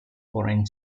foreign